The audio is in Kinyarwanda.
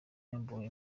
yambuwe